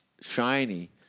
shiny